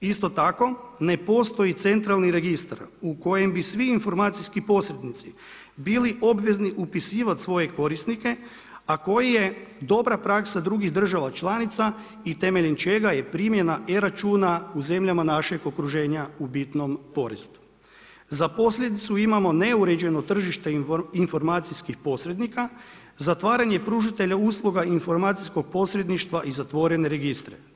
Isto tako ne postoji centralni registar u kojem bi svi informacijski posrednici bili obvezni upisivati svoje korisnike, a koji je dobra praksa drugih država članica i temeljem čega je primjena e-računa, u zemljama našeg okruženja u bitnom … Za posljedicu imamo neuređeno tržište informacijskih posrednika, zatvaranje pružatelja usluga informatičkog posredništva i zatvorene registre.